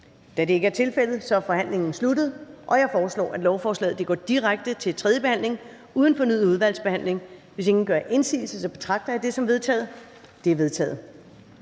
Da det ikke er tilfældet, er forhandlingen sluttet. Jeg foreslår, at lovforslaget går direkte til tredje behandling uden fornyet udvalgsbehandling. Hvis ingen gør indsigelse, betragter jeg det som vedtaget. Det er vedtaget.